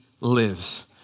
lives